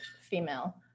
female